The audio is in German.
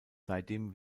seitdem